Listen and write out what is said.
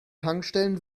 tankstellen